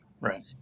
Right